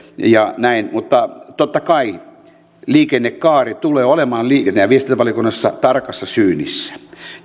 ja näin mutta totta kai liikennekaari tulee olemaan liikenne ja viestintävaliokunnassa tarkassa syynissä